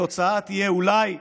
התוצאה תהיה אולי,